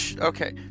Okay